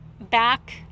back